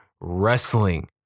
wrestling